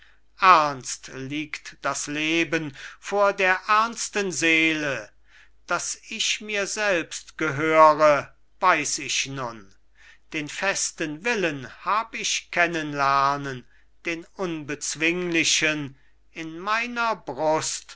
ernst liegt das leben vor der ernsten seele daß ich mir selbst gehöre weiß ich nun den festen willen hab ich kennenlernen den unbezwinglichen in meiner brust